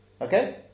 Okay